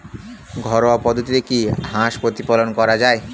ঘরোয়া পদ্ধতিতে কি হাঁস প্রতিপালন করা যায়?